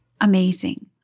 amazing